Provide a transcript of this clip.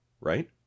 right